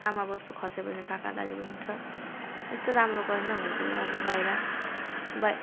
आमाबाउ यसो खसेपछि काकादाजु हुनुहुन्थ्यो यस्तो राम्रो गरेन भने चाहिँ म बाहिर बाहि